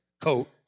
coat